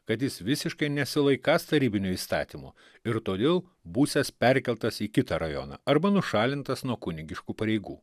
kad jis visiškai nesilaikąs tarybinio įstatymo ir todėl būsiąs perkeltas į kitą rajoną arba nušalintas nuo kunigiškų pareigų